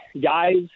guys